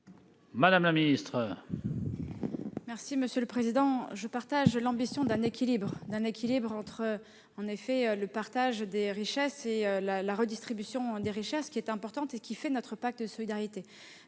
madame la ministre